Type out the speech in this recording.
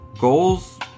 Goals